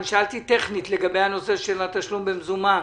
אני שאלתי טכנית לגבי הנושא של התשלום במזומן.